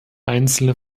einzelne